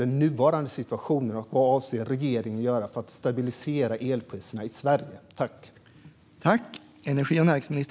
Och vad avser regeringen att göra för att stabilisera elpriserna i Sverige?